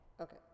okay